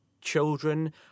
children